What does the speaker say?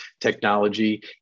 technology